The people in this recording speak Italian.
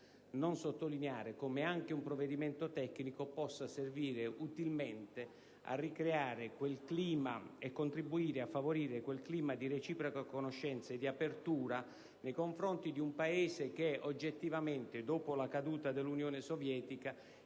non sottolineare come anche un provvedimento tecnico possa servire e contribuire utilmente a ricreare un clima di reciproca conoscenza e di apertura nei confronti di un Paese che oggettivamente, dopo la caduta dell'Unione Sovietica,